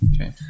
Okay